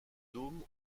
dôme